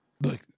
Look